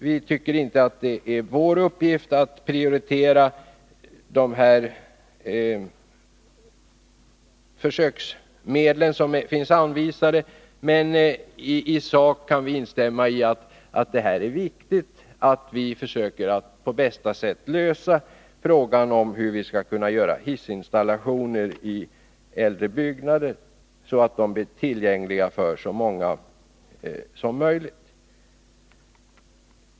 Vi tycker inte att det är vår uppgift att prioritera i fråga om de medel som finns anvisade för detta, men i sak kan vi instämma i att det är viktigt att vi försöker att på bästa sätt lösa frågan om hur man skall kunna göra hissinstallationer i äldre byggnader så att de blir tillgängliga för så många som möjligt.